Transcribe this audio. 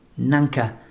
Nanka